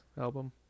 album